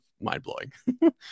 mind-blowing